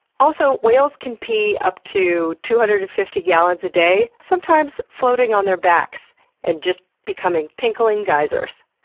also, whales can pee up to two hundred and fifty gallons a day, sometimes floating on their backs and just becoming tinkling geysers.